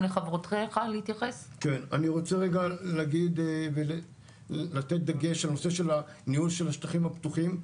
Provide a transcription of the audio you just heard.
אני רוצה רגע להגיד ולתת דגש על הנושא של ניהול השטחים הפתוחים.